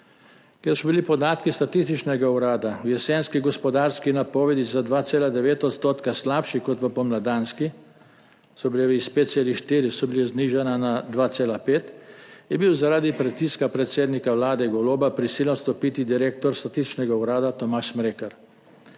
Ker so bili podatki Statističnega urada v jesenski gospodarski napovedi za 2,9 % slabši kot v pomladanski, s 5,4 so bili znižani na 2,5, je bil zaradi pritiska predsednika Vlade Goloba prisiljen odstopiti direktor Statističnega urada Tomaž Smrekar.